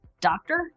doctor